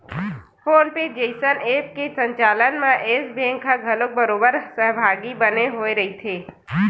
phone पे जइसन app के संचालन म यस बेंक ह घलोक बरोबर सहभागी बने होय रहिथे